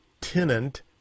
tenant